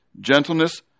gentleness